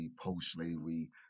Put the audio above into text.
post-slavery